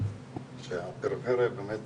יעל, שהפריפריה באמת